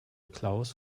klaus